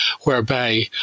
whereby